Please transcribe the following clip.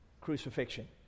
crucifixion